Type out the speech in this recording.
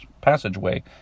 passageway